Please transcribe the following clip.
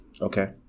Okay